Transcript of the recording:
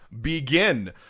begin